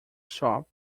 shop